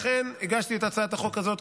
לכן הגשת את הצעת החוק הזאת,